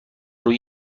روی